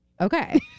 Okay